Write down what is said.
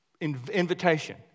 invitation